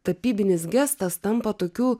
tapybinis gestas tampa tokiu